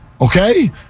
Okay